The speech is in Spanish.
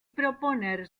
proponer